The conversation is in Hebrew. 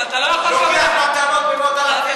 לוקח מתנות במאות אלפים.